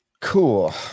Cool